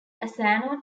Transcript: asano